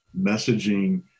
messaging